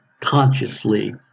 consciously